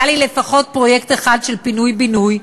לי לפחות פרויקט אחד של פינוי-בינוי,